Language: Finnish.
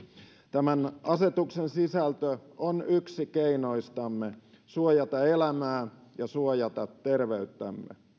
tämän asetuksen sisältö on yksi keinoistamme suojata elämää ja suojata terveyttämme